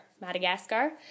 Madagascar